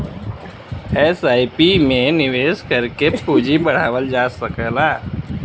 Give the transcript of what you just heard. SIP में निवेश करके पूंजी बढ़ावल जा सकला